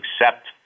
accept